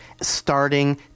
starting